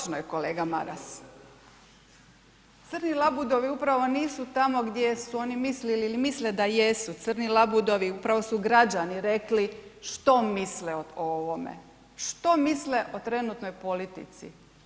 Točno je kolega Maras, crni labudovi upravo nisu tamo gdje su oni mislili ili misle da jesu, crni labudovi upravo su građani rekli što misle o ovome, što misle o trenutnoj politici.